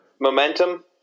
Momentum